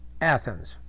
Athens